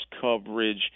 coverage